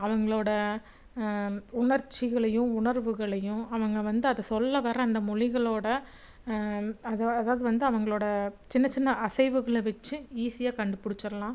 அவங்களோடய உணர்ச்சிகளையும் உணர்வுகளையும் அவங்க வந்து அதை சொல்ல வர அந்த மொழிகளோடய அதா அதாவது வந்து அவங்களோடய சின்ன சின்ன அசைவுகளை வச்சு ஈஸியாக கண்டுப்பிடிச்சிர்லாம்